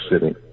city